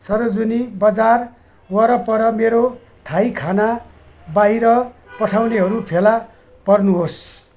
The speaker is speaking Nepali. सरोजनी बजार वरपर मेरो थाई खाना बाहिर पठाउनेहरू फेला पर्नुहोस्